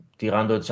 tirando